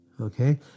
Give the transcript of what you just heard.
Okay